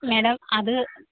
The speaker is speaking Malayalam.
മാഡം അത്